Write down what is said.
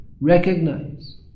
recognize